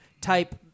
type